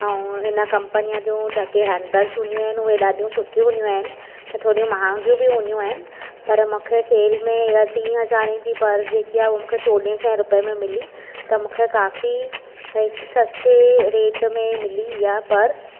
ऐं हिन कम्पनीअ जूं जेके हेन्ड बैग्स हूंदियूं आहिनि उहे ॾाढियूं सुठी हूंदियूं आहिनि थोरियूं महांगी बि हूंदियूं आहिनि पर मूंखे सेल में ही टीं हज़ारें जी पर्स जेकी आहे मूंखे चौॾहें सवें रुपिये में मिली त मूंखे काफ़ी हिकु सस्ते रेट में मिली आहे हीअ पर्स